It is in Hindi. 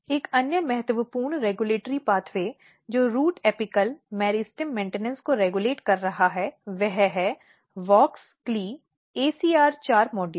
एक अन्य महत्वपूर्ण रेगुलेटरी पाथवे जो रूट एपिकल मेरिस्टेम रखरखाव को रेगुलेट कर रहा है वह है WOX CLE ACR4 मॉड्यूल